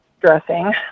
dressing